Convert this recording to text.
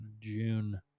June